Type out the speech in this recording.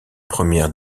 première